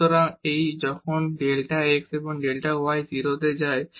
সুতরাং এটি যখন ডেল্টা x এবং ডেল্টা y 0 তে যায়